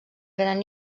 gran